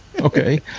Okay